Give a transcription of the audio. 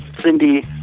Cindy